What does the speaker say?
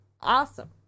Awesome